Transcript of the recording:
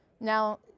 Now